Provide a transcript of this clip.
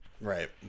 Right